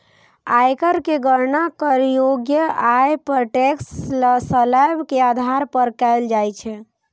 आयकर के गणना करयोग्य आय पर टैक्स स्लेब के आधार पर कैल जाइ छै